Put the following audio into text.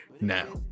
now